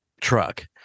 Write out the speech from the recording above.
truck